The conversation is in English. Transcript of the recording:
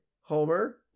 homer